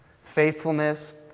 faithfulness